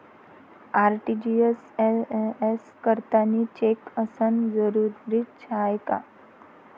RTGS करतांनी cheque असनं जरुरीच हाय का?